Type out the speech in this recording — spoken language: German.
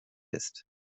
ist